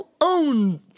own